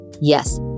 Yes